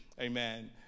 amen